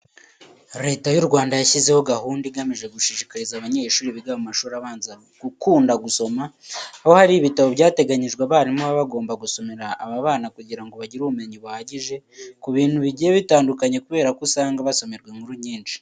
Leta y'u Rwanda yashyizeho gahunda igamije gushishikariza abanyeshuri biga mu mashuri abanza gukunda gusoma, aho hari ibitabo byateganyijwe abarimu baba bagomba gusomera aba bana kugira ngo bagire ubumenyi buhagije ku bintu bigiye bitandukanye kubera ko usanga basomerwa inkuru nyinshi.